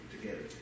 together